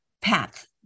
path